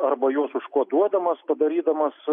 arba juos užkoduodamas padarydamas